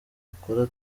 akora